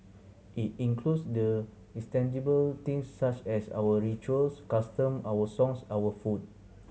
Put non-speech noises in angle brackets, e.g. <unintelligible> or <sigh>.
it includes the <unintelligible> things such as our rituals customs our songs our food